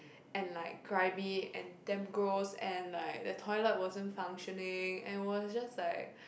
and like grimey and damn gross and like the toilet wasn't functioning and was just like